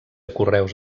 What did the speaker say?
correus